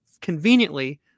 conveniently